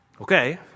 Okay